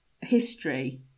history